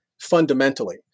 fundamentally